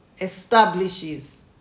establishes